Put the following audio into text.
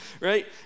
right